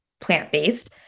plant-based